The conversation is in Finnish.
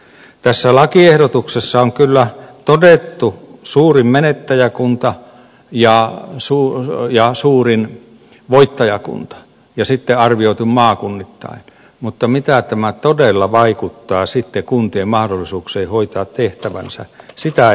tässä lakiehdotuksessa on kyllä todettu suurin menettäjäkunta ja suurin voittajakunta ja sitten arvioitu maakunnittain mutta mitä tämä todella vaikuttaa sitten kuntien mahdollisuuksiin hoitaa tehtävänsä sitä ei arvioida